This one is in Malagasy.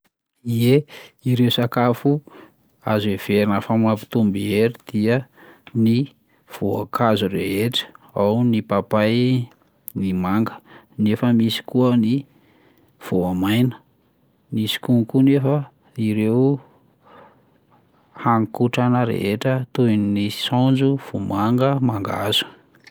Ie, ireo sakafo azo heverina fa mampitombo hery dia ny voankazo rehetra, ao ny papay, ny manga; nefa misy koa ny voamaina, misy konko nefa ireo haninkotrana rehetra toy saonjo, vomanga, mangahazo.